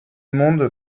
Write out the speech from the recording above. monde